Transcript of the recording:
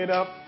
up